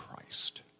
Christ